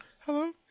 Hello